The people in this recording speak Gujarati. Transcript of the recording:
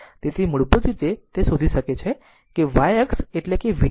તેથી મૂળભૂત રીતે તે શોધી શકે છે કે y અક્ષ એટલે v t